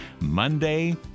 Monday